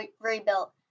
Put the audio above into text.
rebuilt